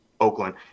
Oakland